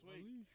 Sweet